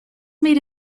made